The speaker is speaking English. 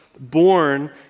born